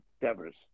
Devers